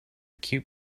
cute